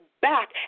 back